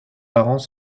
parents